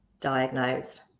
diagnosed